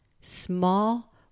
small